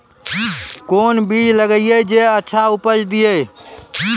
कोंन बीज लगैय जे अच्छा उपज दिये?